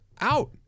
out